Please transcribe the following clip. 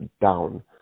down